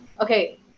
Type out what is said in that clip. Okay